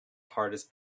hardest